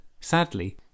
Sadly